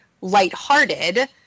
lighthearted